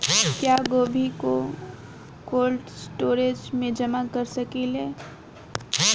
क्या गोभी को कोल्ड स्टोरेज में जमा कर सकिले?